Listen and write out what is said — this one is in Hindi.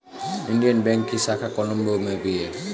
इंडियन बैंक की शाखा कोलम्बो में भी है